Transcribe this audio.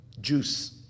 juice